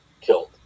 killed